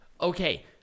Okay